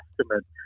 Testament